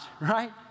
right